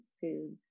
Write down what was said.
foods